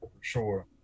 Sure